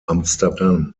amsterdam